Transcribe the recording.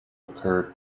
occur